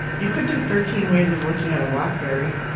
you could do thirteen ways of looking at a blackberry